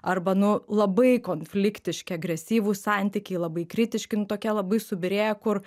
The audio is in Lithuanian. arba nu labai konfliktiški agresyvūs santykiai labai kritiški nu tokie labai subyrėję kur